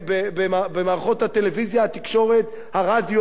במערכות הטלוויזיה, התקשורת, הרדיו, בבקשה.